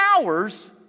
hours